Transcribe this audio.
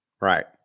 Right